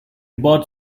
bought